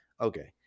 okay